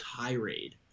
tirade